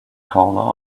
called